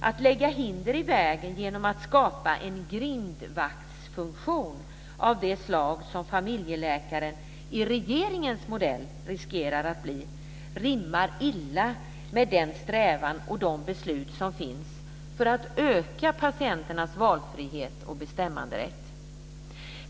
Att lägga hinder i vägen genom att skapa en grindvaktsfunktion av det slag som familjeläkaren i regeringens modell riskerar att bli rimmar illa med den strävan och de beslut som finns för att öka patienternas valfrihet och bestämmanderätt.